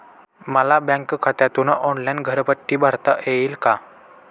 मला बँक खात्यातून ऑनलाइन घरपट्टी भरता येईल का?